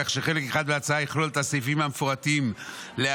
כך שחלק אחד מההצעה יכלול את הסעיפים המפורטים להלן,